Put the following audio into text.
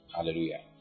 Hallelujah